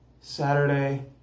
Saturday